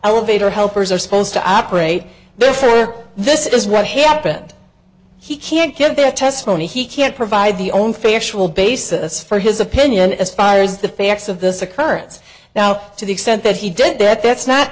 vader helpers are supposed to operate this or this is what happened he can't get their testimony he can't provide the own factual basis for his opinion as far as the facts of this occurrence now to the extent that he did that that's not